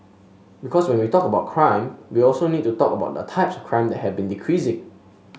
because when we talk about crime we also need to talk about the types of crime that have been decreasing